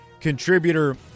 contributor